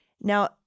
Now